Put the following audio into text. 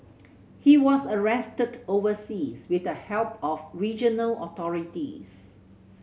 he was arrested overseas with the help of regional authorities